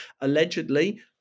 Allegedly